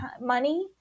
money